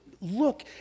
look